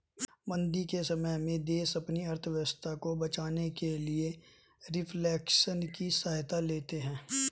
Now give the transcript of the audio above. मंदी के समय में देश अपनी अर्थव्यवस्था को बचाने के लिए रिफ्लेशन की सहायता लेते हैं